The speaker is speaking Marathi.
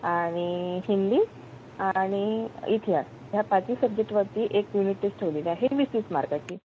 आणि हिंदी आणि इतिहास या पाचही सब्जेक्टवरती एक युनिट टेस्ट ठेवलेली आहे वीस वीस मार्काची